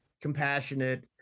compassionate